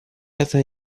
это